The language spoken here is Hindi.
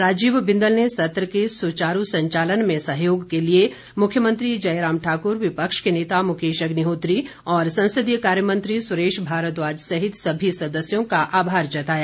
राजीव बिंदल ने सत्र के सुचारू संचालन में सहयोग के लिए मुख्यमंत्री जयराम ठाकुर विपक्ष के नेता मुकेश अग्निहोत्री और संसदीय कार्य मंत्री सुरेश भारद्वाज सहित सभी सदस्यों का आभार जताया